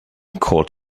called